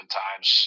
times